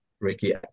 Ricky